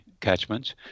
catchments